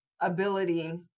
ability